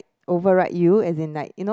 override you as in like you know